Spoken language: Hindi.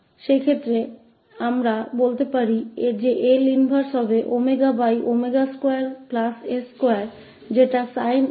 उस स्थिति में हम कह सकते हैं कि ws2w2का L इनवर्स t धनात्मक के लिए sin 𝑤𝑡 के बराबर है